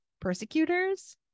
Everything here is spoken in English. persecutors